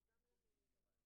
--- שזה ברור.